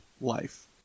life